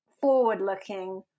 forward-looking